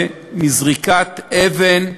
שמזריקת אבן,